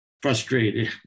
Frustrated